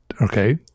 Okay